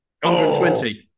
120